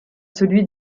celui